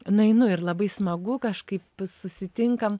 nueinu ir labai smagu kažkaip susitinkam